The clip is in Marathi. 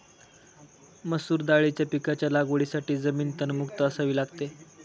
मसूर दाळीच्या पिकाच्या लागवडीसाठी जमीन तणमुक्त असावी लागते